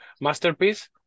masterpiece